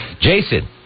Jason